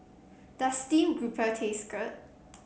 does Steamed Grouper taste good